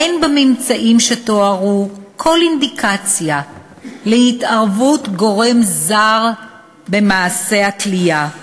אין בממצאים שתוארו כל אינדיקציה להתערבות גורם זר במעשה התלייה.